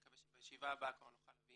אני מקווה שבישיבה הבאה נוכל להביא